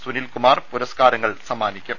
സുനിൽകുമാർ പുരസ്കാരങ്ങൾ സമ്മാനിക്കും